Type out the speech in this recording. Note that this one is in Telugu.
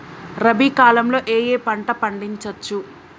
రబీ కాలంలో ఏ ఏ పంట పండించచ్చు?